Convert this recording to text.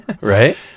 Right